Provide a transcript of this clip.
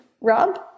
Rob